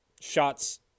Shots